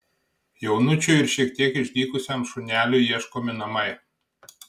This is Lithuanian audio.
jaunučiui ir šiek tiek išdykusiam šuneliui ieškomi namai